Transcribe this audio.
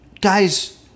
Guys